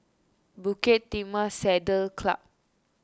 Bukit Timah Saddle Club